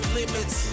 limits